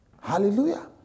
Hallelujah